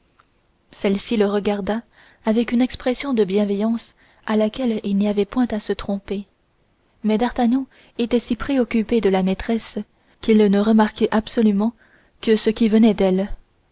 celle-ci le regarda avec une expression de mystérieuse bienveillance à laquelle il n'y avait point à se tromper mais d'artagnan était si préoccupé de la maîtresse qu'il ne remarquait absolument que ce qui venait d'elle